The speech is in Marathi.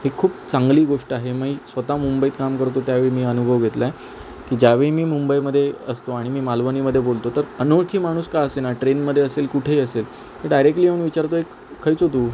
ही खूप चांगली गोष्ट आहे मी स्वतः मुंबईत काम करतो त्यावेळी मी अनुभव घेतला आहे की ज्यावेळी मी मुंबईमध्ये असतो आणि मी मालवणीमध्ये बोलतो तर अनोळखी माणूस का असेना ट्रेनमध्ये असेल कुठेही असेल डायरेकली येऊन विचारतो आहे खयचो तू